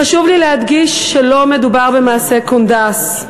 חשוב לי להדגיש שלא מדובר במעשי קונדס.